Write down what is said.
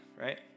right